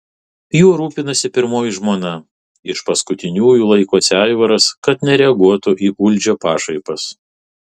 juo rūpinasi pirmoji žmona iš paskutiniųjų laikosi aivaras kad nereaguotų į uldžio pašaipas